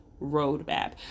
roadmap